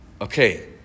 Okay